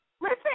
Listen